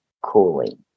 cooling